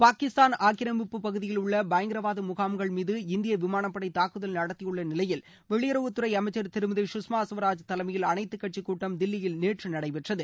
பாகிஸ்தான் ஆக்கிரமிப்பு பகுதியில் உள்ள பயங்கரவாத முகாம்கள் மீது இந்திய விமானப்படை தூக்குதல் நடத்தியுள்ள நிலையில் வெளியுறவுத்துறை அமைச்சர் திருமதி குஷ்மா ஸ்வராஜ் தலைமையில் அனைத்துக் கட்சிக் கூட்டம் தில்லியில் நேற்று நடைபெற்றது